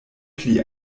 pli